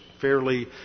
fairly